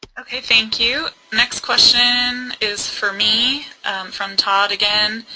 okay, thank you. next question is for me from todd again.